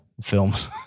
films